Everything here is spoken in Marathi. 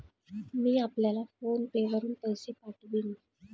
मी आपल्याला फोन पे वरुन पैसे पाठवीन